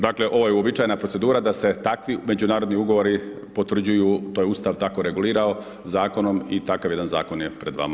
Dakle, ovo je uobičajena procedura da se takvi međunarodni ugovori potvrđuju, to je Ustav tako regulirao zakonom i takav jedan zakon je pred vama.